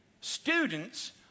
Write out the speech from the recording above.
students